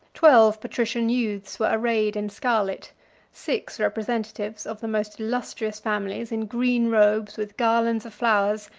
twelve patrician youths were arrayed in scarlet six representatives of the most illustrious families, in green robes, with garlands of flowers,